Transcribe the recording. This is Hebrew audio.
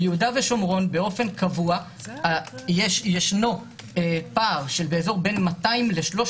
ביהודה ושומרון באופן קבוע ישנו פער בין 200 ל-300